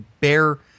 bare